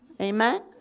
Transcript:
Amen